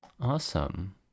Awesome